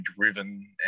driven